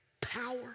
power